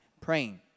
praying